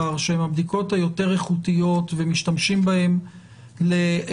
שהן הבדיקות היותר איכותיות ומשתמשים בהן לנחשפים,